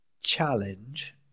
challenge